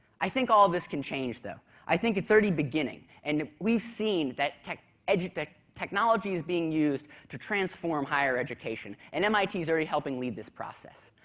i think all this can change though. i think it's already beginning, and we've seen that tech edge technology is being used to transform higher education, and mit is already helping lead this process.